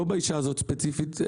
לא באישה הזאת ספציפית,